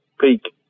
peak